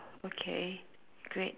okay great